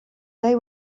they